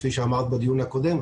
כפי שאמרת בדיון הקודם,